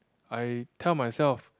I tell myself